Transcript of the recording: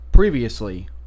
Previously